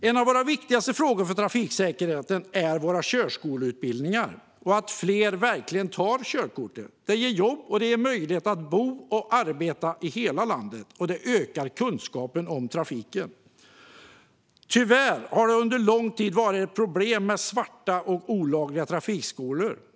En av de viktigaste frågorna för trafiksäkerheten är körskoleutbildningarna och att fler verkligen tar körkort. Det ger jobb, möjlighet att bo och arbeta i hela landet samt ökad kunskap om trafiken. Tyvärr har det länge varit problem med svarta, olagliga trafikskolor.